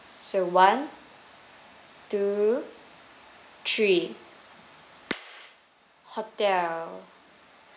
so one two three hotel